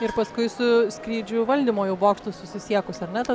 ir paskui su skrydžių valdymo jau bokštu susisiekus ar ne tas